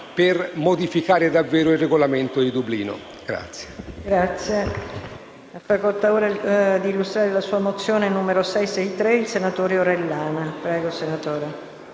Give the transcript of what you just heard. per modificare davvero il regolamento di Dublino.